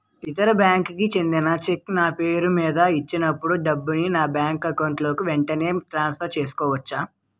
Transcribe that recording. ఇతర బ్యాంక్ కి చెందిన చెక్ నా పేరుమీద ఇచ్చినప్పుడు డబ్బుని నా బ్యాంక్ అకౌంట్ లోక్ వెంటనే ట్రాన్సఫర్ చేసుకోవచ్చా?